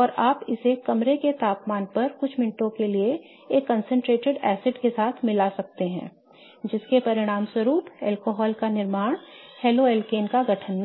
और आप इसे कमरे के तापमान पर कुछ मिनटों के लिए एक concentrated एसिड के साथ मिला सकते हैं जिसके परिणामस्वरूप अल्कोहल का निर्माण हेलोकेन गठन में होगा